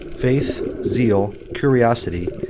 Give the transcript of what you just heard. faith, zeal, curiosity,